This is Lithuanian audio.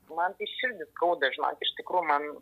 man tai širdį skauda žinok iš tikrųjų man